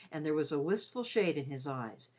and there was a wistful shade in his eyes,